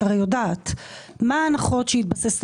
את הרי יודעת מה ההנחות עליהן היא התבססה